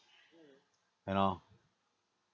you know